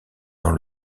dans